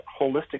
holistic